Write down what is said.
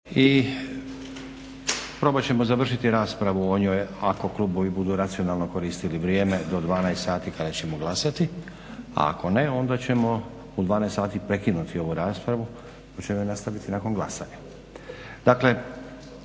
i probat ćemo završiti raspravu o njoj ako klubovi budu racionalno koristili vrijeme do 12,00 sati kada ćemo glasati. A ako ne, onda ćemo u 12,00 sati prekinuti ovu raspravu pa ćemo je nastaviti nakon glasanja.